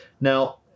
Now